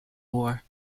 war